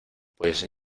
pues